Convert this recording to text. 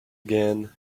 again